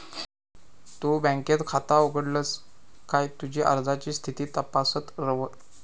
तु बँकेत खाता उघडलस काय तुझी अर्जाची स्थिती तपासत रव